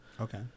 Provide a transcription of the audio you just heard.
Okay